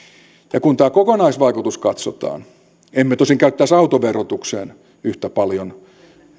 ja kun tämä kokonaisvaikutus katsotaan emme tosin käyttäisi autoverotukseen yhtä paljon